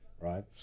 right